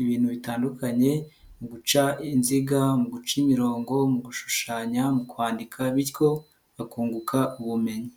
ibintu bitandukanye, mu guca inziga, mu guca imirongo, mu gushushanya, mu kwandika bityo bakunguka ubumenyi.